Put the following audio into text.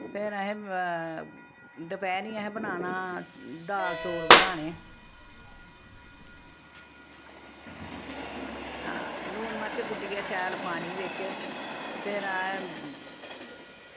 फिर असें दपैह्रीं असें बनाना दाल चौल बनाने लून मरच कुट्टियै शैल पानी बिच्च फिर